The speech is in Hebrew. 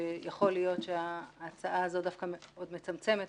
שיכול להיות שההצעה הזו דווקא מאוד מצמצמת